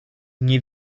nie